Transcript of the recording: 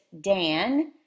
Dan